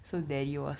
oh